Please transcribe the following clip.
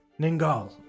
Ningal